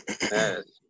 Yes